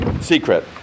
secret